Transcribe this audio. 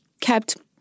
kept